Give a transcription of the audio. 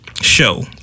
show